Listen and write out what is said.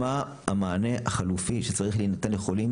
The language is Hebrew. מה המענה החלופי שצריך להינתן לחולים,